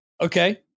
Okay